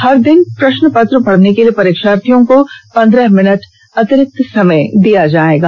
हर दिन प्रश्न पत्र पढ़ने के लिए परीक्षार्थियों को पंदह मिनट अतिरिक्त समय दिया जाएगा